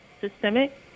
systemic